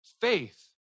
faith